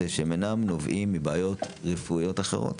שאינם נובעים מבעיות רפואיות אחרות.